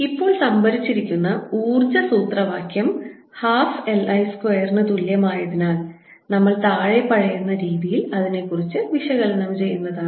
ഇപ്പോൾ സംഭരിച്ചിരിക്കുന്ന ഊർജ്ജ സൂത്രവാക്യം 12 L I സ്ക്വയറിന് തുല്യമായതിനാൽ നമ്മൾ താഴെ പറയുന്ന രീതിയിൽ അതിനെക്കുറിച്ച് വിശകലനം ചെയ്യുന്നതാണ്